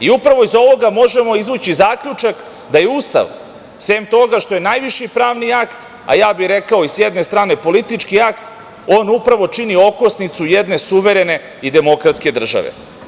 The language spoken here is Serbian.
I upravo iz ovoga možemo izvući zaključak da je Ustav, sem toga što je najviši pravni akt, a ja bih rekao i sa jedne strane politički akt, on upravo čini okosnicu jedne suverene i demokratske države.